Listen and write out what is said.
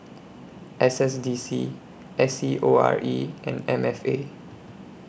S S D C S E O R E and M F A